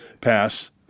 pass